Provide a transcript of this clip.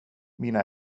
mina